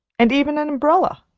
and even an umbrella.